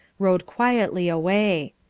rode quietly away.